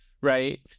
right